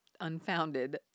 unfounded